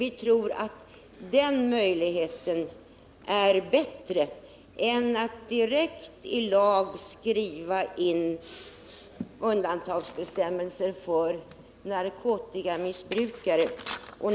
Vi tror att den möjiigheten är bättre än att direkt i lag skriva in undantagsbestämmelser för narkotikamissbrukare.